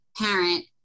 parent